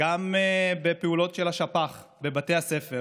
גם בפעולות של השפ"ח בבתי הספר